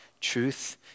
truth